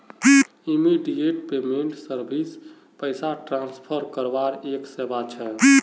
immediate payment service पैसा transfer करवार एक सेवा छ